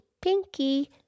Pinky